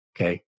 okay